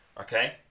Okay